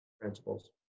principles